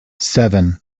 seven